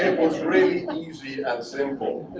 it was really and easy and simple